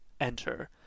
enter